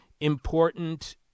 important